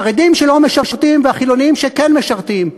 החרדים שלא משרתים, והחילונים שכן משרתים,